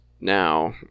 now